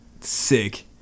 Sick